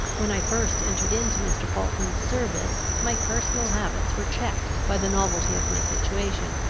when i first entered into mr. falkland's service, my personal habits were checked by the novelty of my situation,